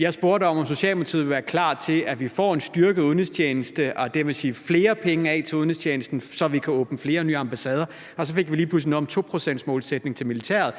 Jeg spurgte om, om Socialdemokratiet ville være klar til, at vi får en styrket udenrigstjeneste og dermed flere penge til udenrigstjenesten, så vi kan åbne flere nye ambassader, og så fik vi lige pludselig noget om en 2-procentsmålsætning til militæret.